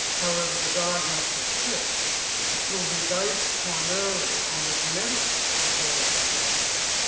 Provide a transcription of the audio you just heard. however the diagnostic test will be based primarily on the genetics of those receptors,